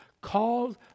called